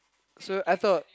so I thought